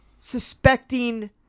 Suspecting